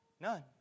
None